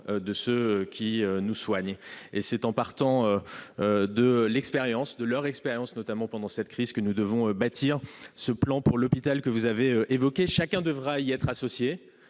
de ceux qui nous soignent. C'est en partant de leur expérience, notamment pendant cette crise, que nous devons bâtir le plan pour l'hôpital que vous avez évoqué. Chacun devra y être associé